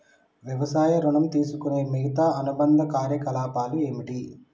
వ్యవసాయ ఋణం తీసుకునే మిగితా అనుబంధ కార్యకలాపాలు ఏమిటి?